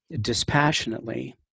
dispassionately